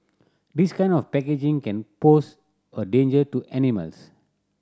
this kind of packaging can pose a danger to animals